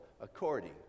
according